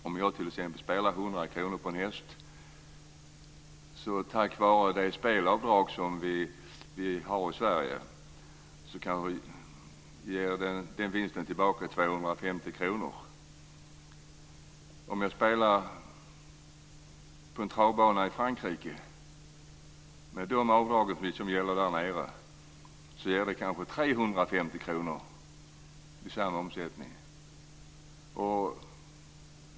Om jag satsar 100 kr på en häst kan vinsten, med det skatteavdrag som gäller i Sverige, bli 250 kr. Om jag spelar på en travbana i Frankrike kan vinsten, med det skatteavdrag som gäller där, bli 350 kr vid samma omsättning.